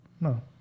no